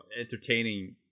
entertaining